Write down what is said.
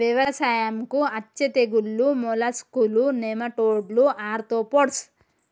వ్యవసాయంకు అచ్చే తెగుల్లు మోలస్కులు, నెమటోడ్లు, ఆర్తోపోడ్స్